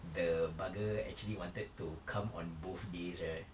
the bugger actually wanted to come on both days right